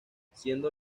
siendo